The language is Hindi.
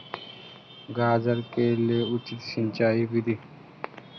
गाजर के लिए उचित सिंचाई विधि?